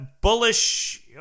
bullish